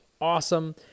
awesome